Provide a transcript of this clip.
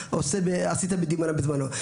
שאתה עשית בדימונה בזמנו.